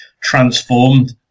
transformed